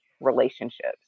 relationships